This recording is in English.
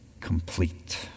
complete